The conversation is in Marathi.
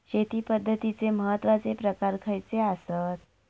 शेती पद्धतीचे महत्वाचे प्रकार खयचे आसत?